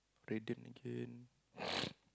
radiant again